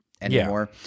anymore